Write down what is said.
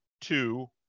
two